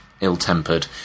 ill-tempered